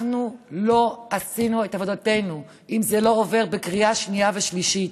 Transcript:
אנחנו לא עשינו את עבודתנו אם זה לא עובר בקריאה שנייה ושלישית.